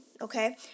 okay